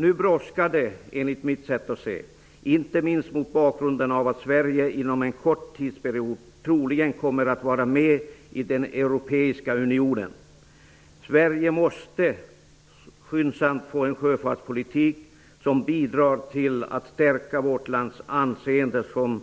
Nu brådskar det, inte minst mot bakgrund av att Sverige inom en kort tidsperiod kommer att bli medlem i den europeiska unionen. Sverige måste skyndsamt få en sjöfartspolitik som bidrar till att stärka landets anseende som